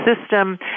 system